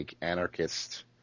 anarchist